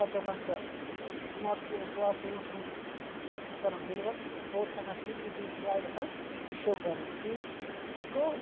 پَتہٕ چھِ آسان سُہ أسۍ چھِ سُماٹ کوٗ کٕلاس روٗمَس منٛز لٮ۪کچَر کَرُن ڈیٚلِوَر ہورٕ چھِ آسان پی پی ٹی سٕلایڈٕس آسہِ شو کَرٕنۍ ٹھیٖک گوٚو